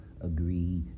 agree